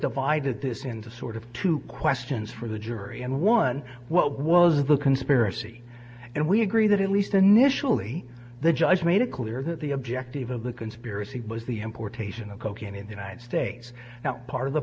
divided this into sort of two questions for the jury and one what was the conspiracy and we agree that it least initially the judge made it clear that the objective of the conspiracy was the importation of cocaine in the united states now part of the